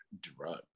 drug